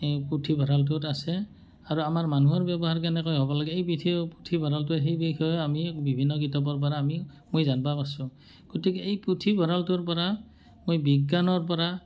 এই পুথিভঁৰালটোত আছে আৰু আমাৰ মানুহৰ ব্যৱহাৰ কেনেকৈ হ'ব লাগে এই পৃথি পুথিভঁৰালটোৱে সেই বিষয়ে আমি বিভিন্ন কিতাপৰ পৰা আমি মই জানিব পাৰিছোঁ গতিকে এই পুথিভঁৰালটোৰ পৰা মই বিজ্ঞানৰ পৰা